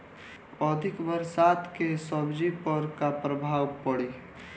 अधिक बरसात के सब्जी पर का प्रभाव पड़ी?